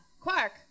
Quark